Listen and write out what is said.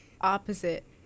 Opposite